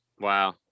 wow